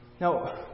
Now